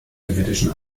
sowjetischen